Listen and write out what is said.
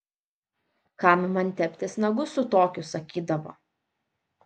kam man teptis nagus su tokiu sakydavo